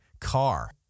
car